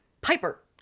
Piper